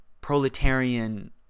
proletarian